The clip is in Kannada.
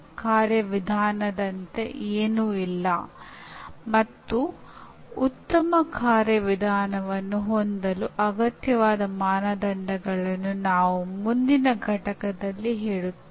ಆದ್ದರಿಂದ ಪರಿಣಾಮ ಆಧಾರಿತ ಶಿಕ್ಷಣವು ಶಿಕ್ಷಣವನ್ನು ವಿದ್ಯಾರ್ಥಿ ಕೇಂದ್ರಿತವಾಗಿಸುತ್ತದೆ ಎಂದು ಮುಂದಿನ ಎರಡು ಘಟಕಗಳ ಮೂಲಕ ಸ್ಥಾಪಿಸಲು ನಾವು ಪ್ರಯತ್ನಿಸುತ್ತೇವೆ